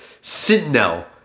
Sentinel